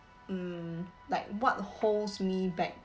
um like what holds me back